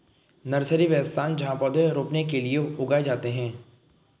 nursery, वह स्थान जहाँ पौधे रोपने के लिए उगाए जाते हैं